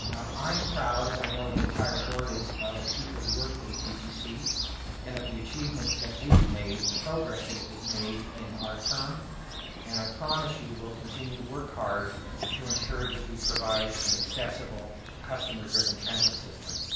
i'm proud, as i know the entire board is, of the people who work for the ttc and of the achievements that we've made, the progress that has been made in our term and i promise you we'll continue to work hard to ensure that we provide an accessible customer-driven transit system.